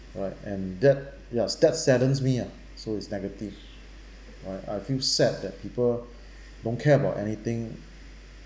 all right and that ya that's sadden me ah so is negative all right I feel sad that people don't care about anything